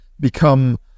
become